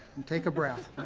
and take a breath.